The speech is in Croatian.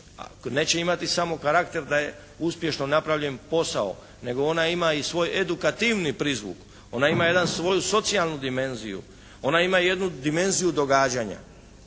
neće imati samo karakter da je uspješno napravljen posao nego ona ima i svoj edukativni prizvuk, ona ima jednu svoju socijalnu dimenziju, ona ima jednu dimenziju događanja.